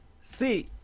See